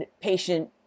patient